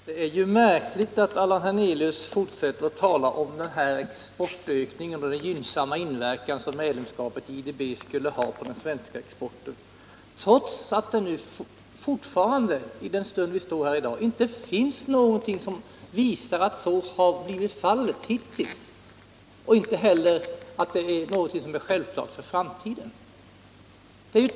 Herr talman! Det är märkligt att Allan Hernelius fortsätter att tala om exportökningen och den gynnsamma inverkan som medlemskapet i IDB skulle ha på den svenska exporten, trots att det fortfarande i den stund vi står här inte finns någonting som visar att så har varit fallet hittills. Inte heller är det självklart för framtiden.